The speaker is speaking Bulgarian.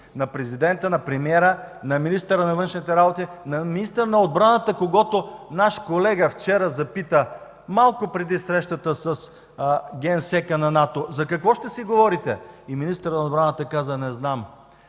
на президента, на премиера, на министъра на външните работи, на министъра на отбраната, когото наш колега вчера запита малко преди срещата с генсека на НАТО: „За какво ще си говорите?” Министърът на отбраната каза: „Не знам!”